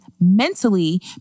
mentally